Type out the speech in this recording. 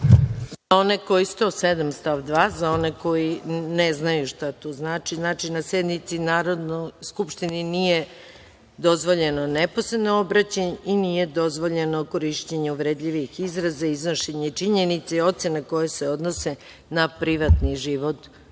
ste 107. stav 2. za one koji ne znaju šta to znači, znači – na sednici Narodne skupštine nije dozvoljeno neposredno obraćanje i nije dozvoljeno korišćenje uvredljivih izraza, iznošenje činjenica i ocena koje se odnose na privatni život drugih